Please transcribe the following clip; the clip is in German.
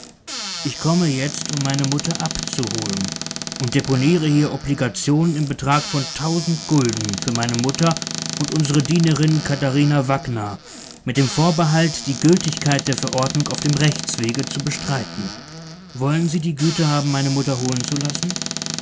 ich komme jetzt um meine mutter abzuholen und deponiere hier obligationen im betrag von tausend gulden für meine mutter und unsere dienerin katharina wackner mit dem vorbehalt die gültigkeit der verordnung auf dem rechtswege zu bestreiten wollen sie die güte haben meine mutter holen zu lassen